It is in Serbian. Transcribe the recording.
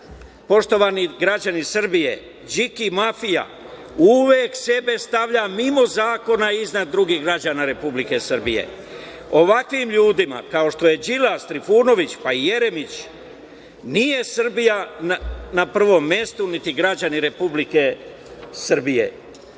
vlast. Poštovani građani Srbije, Điki-mafija uvek sebe stavlja mimo zakona i iznad drugih građana Republike Srbije. Ovakvim ljudima, kao što je Đilas, Trifunović, pa i Jeremić, nije Srbija na prvom mestu, niti građani Republike Srbije. Tako